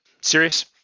serious